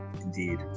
Indeed